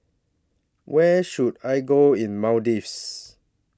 Where should I Go in Maldives